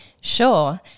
Sure